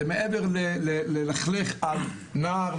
זה מעבר לללכלך על נער,